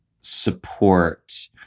support